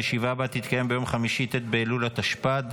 הישיבה הבאה תתקיים ביום חמישי ט' באלול התשפ"ד,